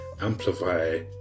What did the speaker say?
amplify